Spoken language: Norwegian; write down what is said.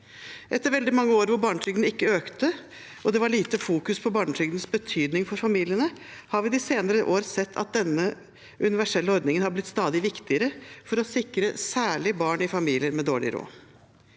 veldig mange år hvor barnetrygden ikke økte og det var lite fokus på barnetrygdens betydning for familiene, har vi de senere år sett at denne universelle ordningen har blitt stadig viktigere for å sikre særlig barn i familier med dårlig råd.